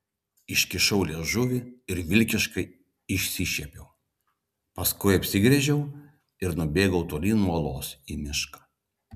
iškišau liežuvį ir vilkiškai išsišiepiau paskui apsigręžiau ir nubėgau tolyn nuo olos į mišką